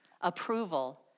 approval